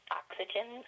oxygen